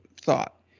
thought